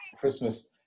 Christmas